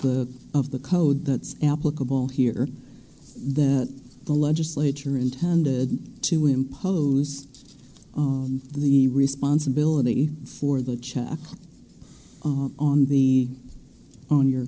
the of the code that's applicable here that the legislature intended to impose the responsibility for the check on the on your